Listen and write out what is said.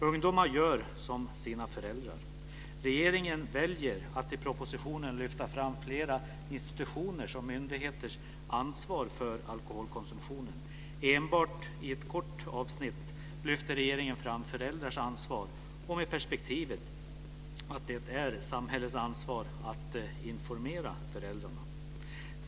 Ungdomar gör som sina föräldrar. Regeringen väljer att i propositionen lyfta fram flera institutioners och myndigheters ansvar för alkoholkonsumtionen. Enbart i ett kort avsnitt lyfter regeringen fram föräldrars ansvar och med perspektivet att det är samhällets ansvar att informera föräldrarna.